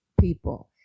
people